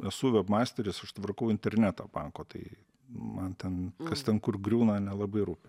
esu veb masteris aš tvarkau internetą banko tai man ten kas ten kur griūna nelabai rūpi